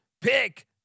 pick